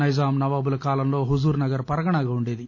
నైజామ్ నవాబుల కాలంలో హుజూర్నగర్ పరగణగా ఉండేది